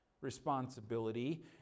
responsibility